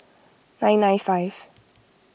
nine nine five